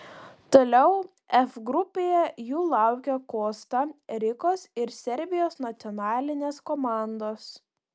toliau f grupėje jų laukia kosta rikos ir serbijos nacionalinės komandos